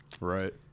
Right